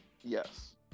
Yes